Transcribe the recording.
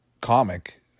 comic